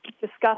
discuss